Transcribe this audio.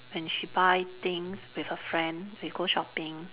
when she buy things with her friend they go shopping